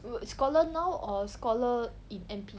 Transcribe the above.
err scholar now or scholar in N_P